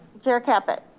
chair caput.